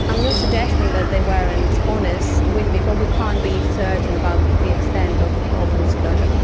i'm not suggesting that they weren't honest with me, but we can't be certain about the extent of open disclosure.